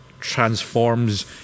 transforms